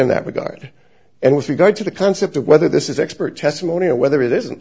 in that regard and with regard to the concept of whether this is expert testimony or whether it isn't